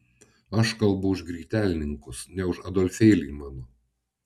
aš kalbu už grytelninkus ne už adolfėlį mano